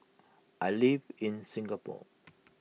I live in Singapore